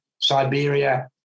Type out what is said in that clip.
Siberia